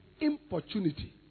importunity